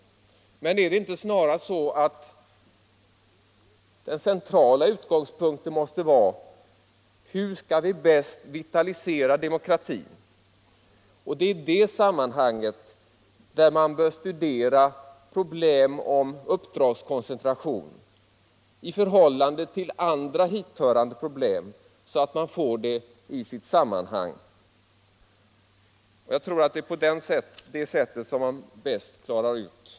Men måste inte den centrala utgångspunkten snarast vara: Hur skall vi vitalisera demokratin? De problem som rör uppdragskoncentration bör studeras i sammanhang med andra hithörande demokratifrågor. På det sättet löses problemen bäst.